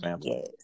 yes